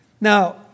Now